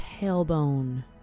tailbone